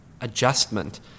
adjustment